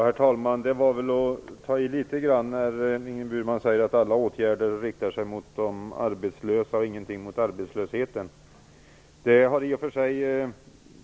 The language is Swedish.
Herr talman! Att säga att alla åtgärder riktar sig mot de arbetslösa och inte mot arbetslösheten, som Ingrid Burman gjorde, var väl att ta i.